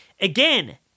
Again